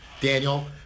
Daniel